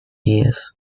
years